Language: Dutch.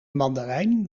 mandarijn